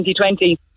2020